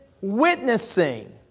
witnessing